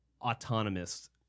autonomous